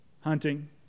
hunting